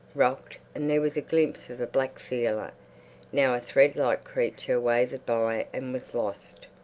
rocked, and there was a glimpse of a black feeler now a thread-like creature wavered by and was lost.